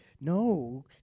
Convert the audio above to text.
no